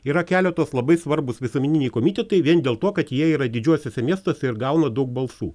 yra keletas labai svarbūs visuomeniniai komitetai vien dėl to kad jie yra didžiuosiuose miestuose ir gauna daug balsų